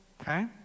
okay